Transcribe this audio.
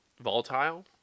volatile